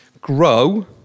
grow